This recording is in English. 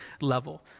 level